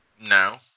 No